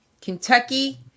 Kentucky